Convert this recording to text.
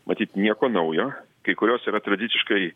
matyt nieko naujo kai kurios yra tradiciškai